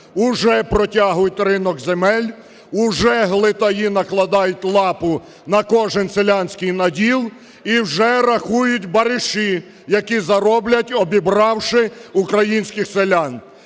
вже протягують ринок земель, уже глитаї накладають лапу на кожен селянський наділ і вже рахують бариші, які зароблять, обібравши українських селян.